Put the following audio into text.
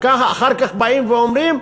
אחר כך באים ואומרים: